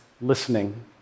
listening